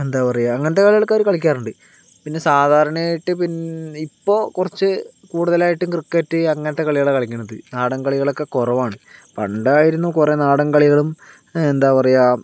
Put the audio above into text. എന്താ പറയുക അങ്ങനത്തെ കളികളൊക്കെ അവർ കളിക്കാറുണ്ട് പിന്നെ സാധാരണയായിട്ട് പിന്നെ ഇപ്പോൾ കുറച്ച് കൂടുതലായിട്ടും ക്രിക്കറ്റ് അങ്ങനത്തെ കളികളാണ് കളിക്കുന്നത് നാടൻ കളികളൊക്കെ കുറവാണ് പണ്ടായിരുന്നു കുറേ നാടൻ കളികളും എന്താ പറയുക